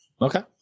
Okay